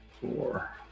four